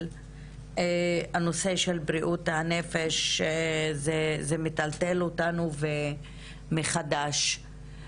הנושא של בריאות הנפש זה מטלטל אותנו מחדש.